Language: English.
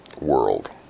world